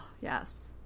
yes